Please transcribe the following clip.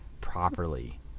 properly